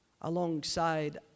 alongside